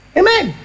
amen